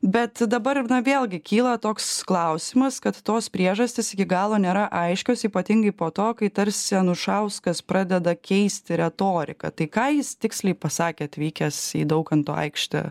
bet dabar na vėlgi kyla toks klausimas kad tos priežastys iki galo nėra aiškios ypatingai po to kai tarsi anušauskas pradeda keisti retoriką tai ką jis tiksliai pasakė atvykęs į daukanto aikštę